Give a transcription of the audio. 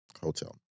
hotel